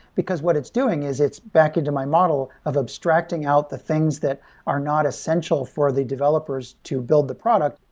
because what it's doing is it's back into my model of abstracting out the things that are not essential for the developer s to build the product.